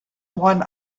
one